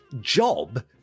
job